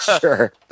sure